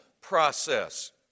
process